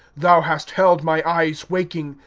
thou hast held my eyes waking,